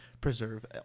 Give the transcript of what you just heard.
preserve